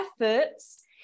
efforts